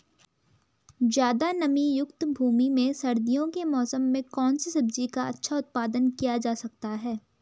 ज़्यादा नमीयुक्त भूमि में सर्दियों के मौसम में कौन सी सब्जी का अच्छा उत्पादन किया जा सकता है?